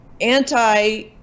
anti